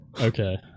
Okay